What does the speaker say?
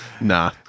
Nah